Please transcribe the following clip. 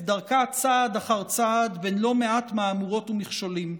דרכה צעד אחר צעד בלא מעט מהמורות ומכשולים.